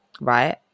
right